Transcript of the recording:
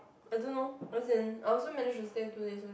I don't know as in I also managed to stay two days only